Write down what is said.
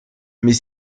mais